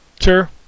Sure